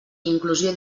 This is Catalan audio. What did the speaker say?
inclusió